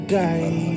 die